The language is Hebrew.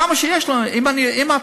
כמה שיש לנו, אם את